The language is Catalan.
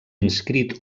inscrit